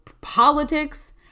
politics